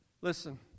Listen